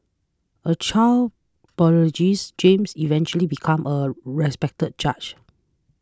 a child prodigies James eventually became a respected judge